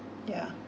yeah